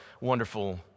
wonderful